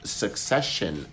succession